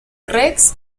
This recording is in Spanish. rex